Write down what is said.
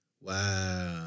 Wow